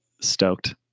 stoked